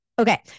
Okay